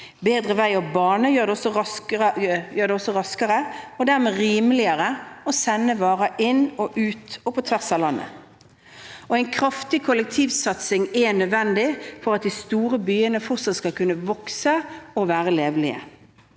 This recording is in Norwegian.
Bedre vei og bane gjør det også raskere og dermed også rimeligere å sende varer inn i, ut av og på tvers av landet. En kraftig kollektivsatsing er nødvendig for at de store byene fortsatt skal kunne vokse og være levelige,